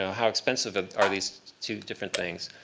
how expensive are these two different things?